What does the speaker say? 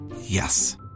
Yes